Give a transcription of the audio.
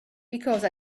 because